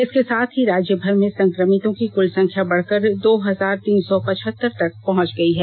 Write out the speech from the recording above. इसके साथ ही राज्यभर में संक्रमितों की कुल संख्या बढ़कर दो हजार तीन सौ पचहत्तर तक पहुंच गई है